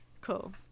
Cool